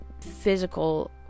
physical